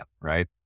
right